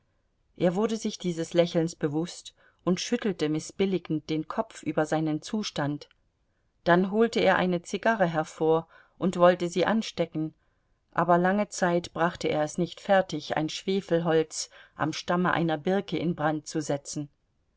er wurde sich dieses lächelns bewußt und schüttelte mißbilligend den kopf über seinen zustand dann holte er eine zigarre hervor und wollte sie anstecken aber lange zeit brachte er es nicht fertig ein schwefelholz am stamme einer birke in brand zu setzen